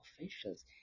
officials